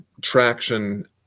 traction